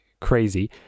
crazy